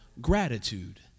gratitude